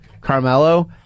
Carmelo